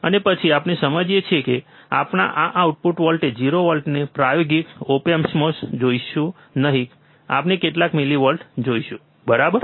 અને પછી આપણે સમજીએ છીએ કે આપણે આ આઉટપુટ વોલ્ટેજ 0 વોલ્ટને પ્રાયોગિક ઓપ એમ્પમાં જોશું નહીં આપણે કેટલાક મિલિવોલ્ટ જોઈશું બરાબર